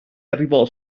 arrivò